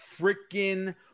freaking